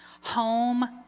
Home